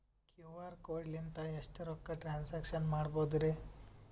QR code ಲಿಂದ ಎಷ್ಟ ರೊಕ್ಕ ಟ್ರಾನ್ಸ್ಯಾಕ್ಷನ ಮಾಡ್ಬೋದ್ರಿ?